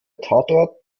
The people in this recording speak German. tatort